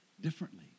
differently